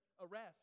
arrest